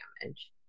damage